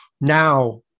Now